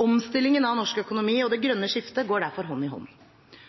Omstillingen av norsk økonomi og det grønne skiftet går derfor hånd i hånd.